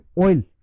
oil